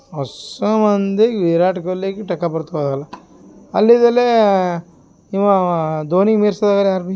ಹೊಸ ಮಂದಿಗೆ ವಿರಾಟ್ ಕೊಹ್ಲಿಗೆ ಟಕ್ಕ ಬರ್ತು ಆಗೋಲ್ಲ ಅಲ್ಲೆದಲ್ಲೇ ಇವ ಧೋನಿ ಮೀರ್ಸಾದವ್ರು ಯಾರ್ಬಿ